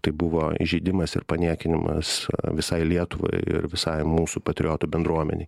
tai buvo įžeidimas ir paniekinimas visai lietuvai ir visai mūsų patriotų bendruomenei